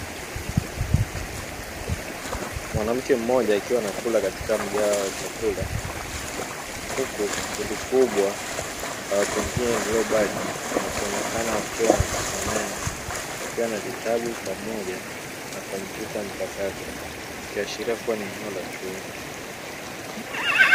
Mwanamke mmoja akiwa anakula katika mgahawa wa chakula huku kundi kubwa la watu wengine lililobaki wakionekana wakiwa wanajisomea, wakiwa na vitabu pamoja na kompyuta mpakato ikiashiria kuwa ni eneo la chuoni.